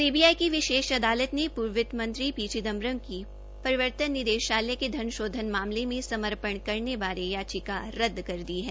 CBI की विशेष अदालत ने पूर्व वितमंत्री पी चिदम्बरम को प्रवर्तन निदेशालय के धन शोधन मामले मे समपर्ण करने बारे याचिका रद्द कर दी है